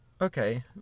Okay